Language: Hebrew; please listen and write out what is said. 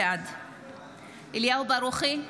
בעד אליהו ברוכי,